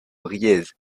riez